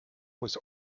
was